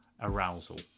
arousal